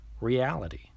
reality